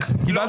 עוצמת